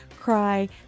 cry